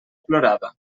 plorava